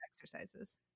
exercises